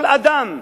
כל אדם,